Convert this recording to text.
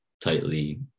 tightly